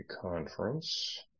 conference